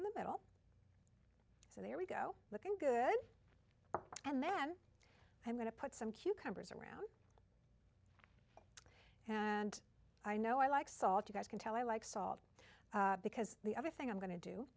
in the middle so there we go looking good and then i'm going to put some cucumbers around and i know i like salt you guys can tell i like salt because the other thing i'm going to do